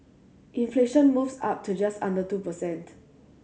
inflation moves up to just under two per cent